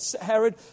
Herod